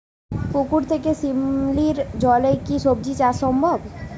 পুকুর থেকে শিমলির জলে কি সবজি চাষ সম্ভব?